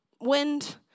wind